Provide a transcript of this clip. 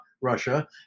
Russia